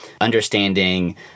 understanding